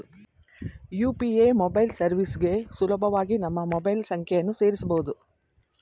UPA mobile ಸರ್ವಿಸ್ಗೆ ಸುಲಭವಾಗಿ ನಮ್ಮ ಮೊಬೈಲ್ ಸಂಖ್ಯೆಯನ್ನು ಸೇರಸಬೊದು